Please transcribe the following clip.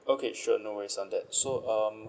okay sure no worries on that so um